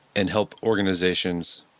and help organizations